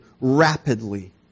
rapidly